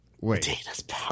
Wait